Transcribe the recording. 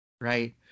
Right